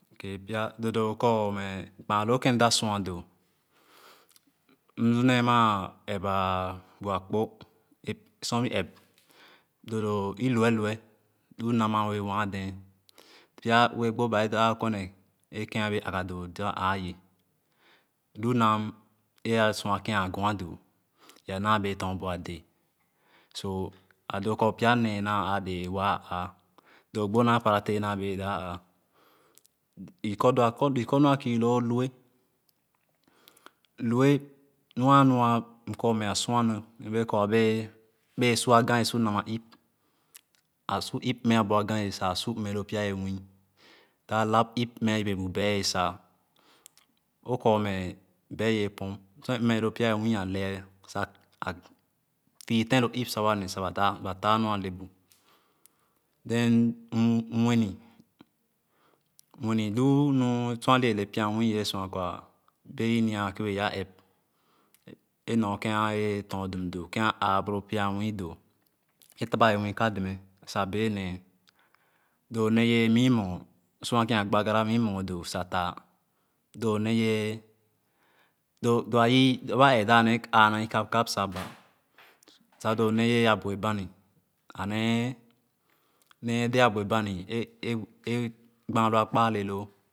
Doodòò Kor kpaa loo kēn mda sua doo mlu nee maa epba bua akpo sor. I ep doodoo iluelue lu nam a wɛɛ waadɛɛ pya uegbo ba edap a korne kēn aabēē aguadoo a naa wɛɛ tɔ̃ɔ̃bu adɛɛ a doo kor pya nee naa wɛɛ ye dap āə̄ la gbo naa paratɛɛ naa wɛɛ ye dap āā i loo kor nu a kiiloo lueh lueh nua a nua i korme a sua nu bèè su a gan su nama ip a su ip mme bu again sa su mme loo pya ye nunii a lap ip mme bu bɛɛ sa o kor mɛ bɛɛ yɛ apu sor a mme loo pya yenwii a lɛɛ fii ten sa wane sa ba taah nu a le bu then nwini nwini nwini lu nu so ali bēe a norken wee tɔɔ̃dum doo kẽn abaloo pyanwii doo a taba ye nwii kademe sa bee nee doo neye mii mugor sua ken a gbagbara miimugor doo sa taah ba sa doo ne ye abue bani a nee dɛ a bue bani gban loo ye a, kpa le loo.